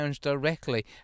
directly